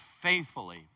faithfully